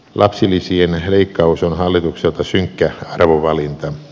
lapsilisien leikkaus on hallitukselta synkkä arvovalinta